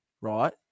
right